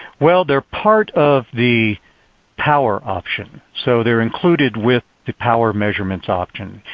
well they are part of the power option, so they are included with the power measurements option.